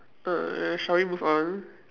err shall we move on